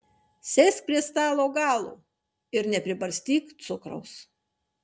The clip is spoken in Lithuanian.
sėsk prie stalo galo ir nepribarstyk cukraus